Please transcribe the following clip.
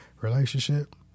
relationship